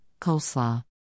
coleslaw